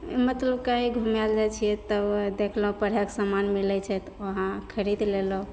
मतलब कही घूमे लऽ जाइत छियै तऽ ओएह देखलहुँ पढ़ैके समान मिलैत छै तऽ वहाँ खरीद लेलहुँ